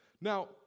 Now